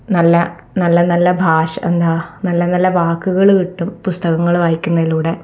നല്ല നല്ല നല്ല ഭാഷ എന്താ നല്ല നല്ല വാക്കുകൾ കിട്ടും പുസ്തകങ്ങൾ വായിക്കുന്നതിലൂടെ